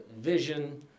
vision